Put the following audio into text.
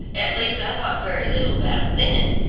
at least i thought very little about it then,